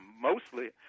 mostly